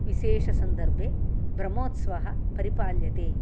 विशेषसन्दर्भे ब्रह्मोत्सवः परिपाल्यते